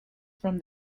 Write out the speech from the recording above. from